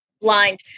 blind